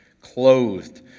clothed